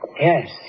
Yes